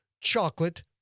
Chocolate